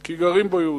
כי גרים בו יהודים.